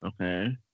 Okay